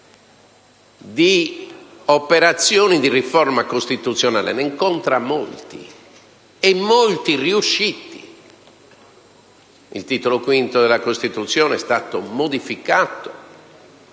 di operazioni di riforma costituzionale ne incontreremmo molte, e molte riuscite. Il Titolo V della Costituzione è stato modificato